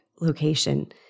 location